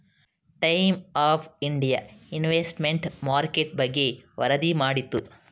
times of India investment market ಬಗ್ಗೆ ವರದಿ ಮಾಡಿತು